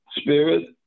spirit